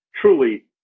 truly